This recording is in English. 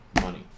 money